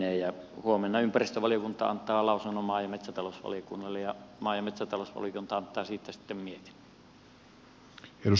huomenna ympäristövaliokunta antaa lausunnon maa ja metsätalousvaliokunnalle ja maa ja metsätalousvaliokunta antaa siitä sitten mietinnön